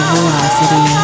Velocity